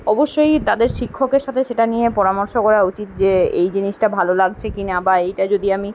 অবশ্যই তাদের শিক্ষকের সাতে সেটা নিয়ে পরামর্শ করা উচিত যে এই জিনিসটা ভালো লাগজে কি না বা এইটা যদি আমি